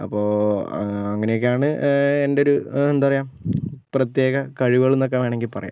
അപ്പോൾ അങ്ങനെയൊക്കെയാണ് എൻ്റെ ഒരു എന്താ പറയുക പ്രത്യേക കഴിവുകൾ എന്നൊക്കെ വേണമെങ്കിൽ പറയാം